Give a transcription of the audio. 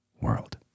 world